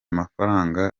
mafaranga